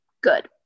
good